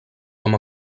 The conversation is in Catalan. com